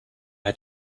had